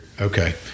Okay